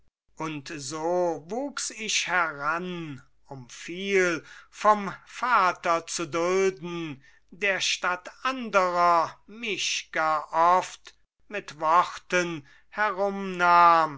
und so wuchs ich heran um viel vom vater zu dulden der statt anderer mich gar oft mit worten